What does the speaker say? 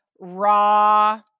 raw